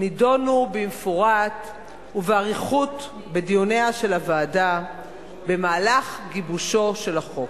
נדונו במפורט ובאריכות בדיוניה של הוועדה במהלך גיבושו של החוק.